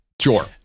sure